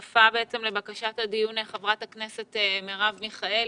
שותפה לבקשת הדיון חברת הכנסת מרב מיכאלי,